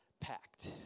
packed